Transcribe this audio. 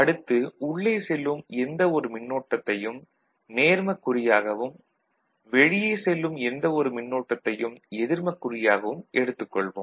அடுத்து உள்ளே செல்லும் எந்த ஒரு மின்னோட்டத்தையும் நேர்மக்குறியாகவும் வெளியே செல்லும் எந்த ஒரு மின்னோட்டத்தையும் எதிர்மக்குறியாகவும் எடுத்துக் கொள்வோம்